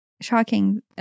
Shocking